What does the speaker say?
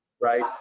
right